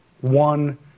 one